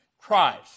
Christ